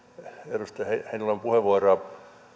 edustaja heinäluoman puheenvuoroa